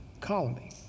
colony